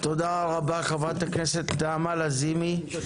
תודה רבה חברת הכנסת נעמה לזימי יושבת